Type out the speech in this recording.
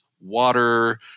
water